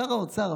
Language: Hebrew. שר האוצר,